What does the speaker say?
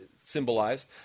symbolized